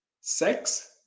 Sex